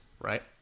right